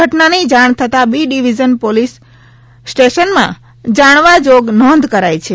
ઘટનાની જાણ થતા બી ડિવિઝન પોલીસ સ્ટેશનમાં જાણવા જોગ નોંધ કરાઇ છે